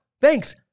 thanks